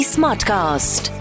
Smartcast